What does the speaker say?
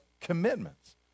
commitments